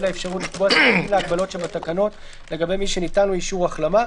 לאפשרות לקבוע סייגים להגבלות שבתקנות לגבי מי שניתן לו אישור החלמה,